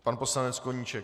Pan poslanec Koníček.